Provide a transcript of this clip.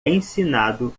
ensinado